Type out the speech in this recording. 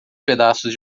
pedaços